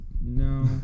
no